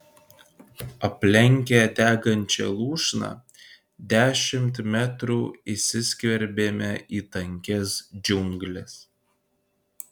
aplenkę degančią lūšną dešimt metrų įsiskverbėme į tankias džiungles